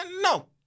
no